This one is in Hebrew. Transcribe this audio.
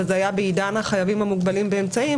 וזה היה בעידן החייבים המוגבלים באמצעים,